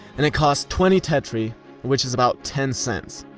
and it cost twenty tetri which is about ten cents.